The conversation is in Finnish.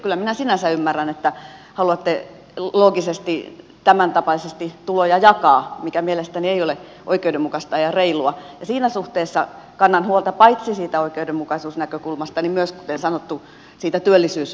kyllä minä sinänsä ymmärrän että haluatte loogisesti tämäntapaisesti tuloja jakaa mikä mielestäni ei ole oikeudenmukaista ja reilua ja siinä suhteessa kannan huolta paitsi siitä oikeudenmukaisuusnäkökulmasta myös kuten sanottu siitä työllisyysnäkökulmasta